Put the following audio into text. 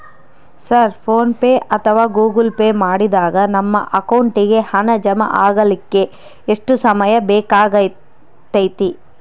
Sir PhonePe ಅಥವಾ Google Pay ಮಾಡಿದಾಗ ನಮ್ಮ ಅಕೌಂಟಿಗೆ ಹಣ ಜಮಾ ಆಗಲಿಕ್ಕೆ ಎಷ್ಟು ಸಮಯ ಬೇಕಾಗತೈತಿ?